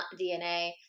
DNA